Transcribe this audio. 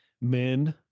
Men